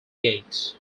gate